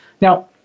Now